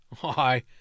Why